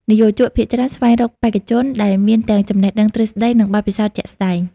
និយោជកភាគច្រើនស្វែងរកបេក្ខជនដែលមានទាំងចំណេះដឹងទ្រឹស្ដី និងបទពិសោធន៍ជាក់ស្តែង។